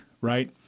right